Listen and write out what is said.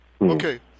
okay